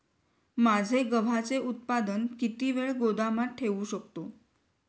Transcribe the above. माझे गव्हाचे उत्पादन किती वेळ गोदामात ठेवू शकतो?